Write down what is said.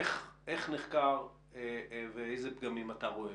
איך נחקר ואילו פגמים אתה רואה.